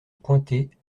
pointée